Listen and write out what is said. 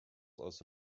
also